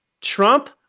Trump